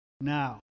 Now